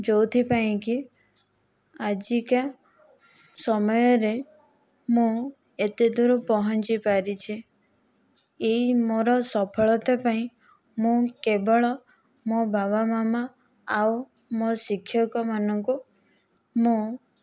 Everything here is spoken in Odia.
ଯେଉଁଥିପାଇଁ କି ଆଜିକା ସମୟରେ ମୁଁ ଏତେ ଦୂର ପହଞ୍ଚି ପାରିଛି ଏଇ ମୋର ସଫଳତା ପାଇଁ ମୁଁ କେବଳ ମୋ' ବାବା ମାମା ଓ ମୋ' ଶିକ୍ଷକମାନଙ୍କୁ ମୁଁ